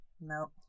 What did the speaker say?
No